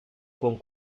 con